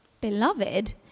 Beloved